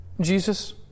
Jesus